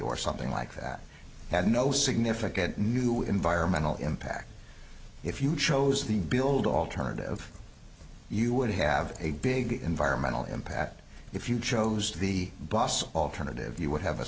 or something like that had no significant new environmental impact if you chose the build alternative you would have a big environmental impact if you chose the bus alternative you would have a